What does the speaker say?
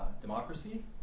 democracy